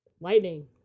Lightning